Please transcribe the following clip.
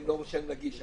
הם לא רשאים להגיש,